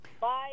Bye